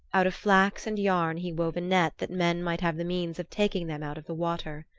out of flax and yarn he wove a net that men might have the means of taking them out of the water.